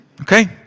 okay